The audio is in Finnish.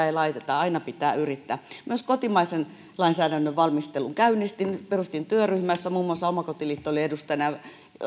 ei laiteta aina pitää yrittää myös kotimaisen lainsäädännön valmistelun käynnistin perustin työryhmän jossa muun muassa omakotiliitto oli edustajana ja